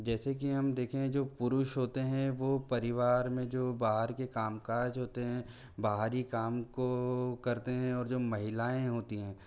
जैसे कि हम देखें जो पुरुष होते हैं वो परिवार में जो बाहर के काम काज होते हैं बाहरी काम को करते हैं और जो महिलाएँ होती हैं